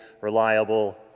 reliable